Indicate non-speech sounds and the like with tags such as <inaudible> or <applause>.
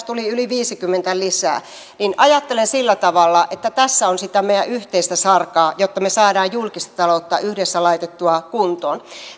<unintelligible> tuli yli viisikymmentä lisää niin ajattelen sillä tavalla että tässä on sitä meidän yhteistä sarkaa jotta me saamme julkista taloutta yhdessä laitettua kuntoon